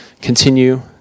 continue